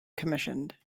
commissioned